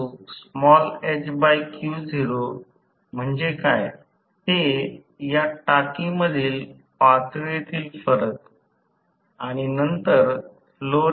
त्यास या गोष्टी लक्षात ठेवून म्हणजे 3 phase circuit sorry single phase circuit सारखे निराकरण करायचे असते